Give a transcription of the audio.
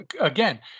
Again